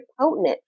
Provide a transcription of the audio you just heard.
potent